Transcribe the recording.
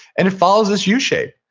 and it follows this u shape.